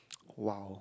!wow!